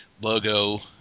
logo